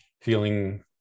feeling